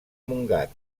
montgat